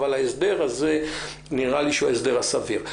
שההסדר הזה נראה לי כהסדר הסביר.